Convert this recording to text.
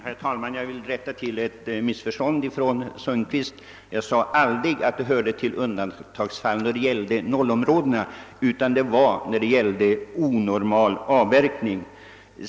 Herr talman! Jag vill rätta till ett missförstånd som herr Sundkvist gjorde sig skyldig till. Jag sade aldrig att uppkomsten av nollområdena utgjorde undantagsfall, utan det uttalandet gällde onormal avverkning.